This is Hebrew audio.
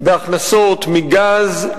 בהכנסות מגז,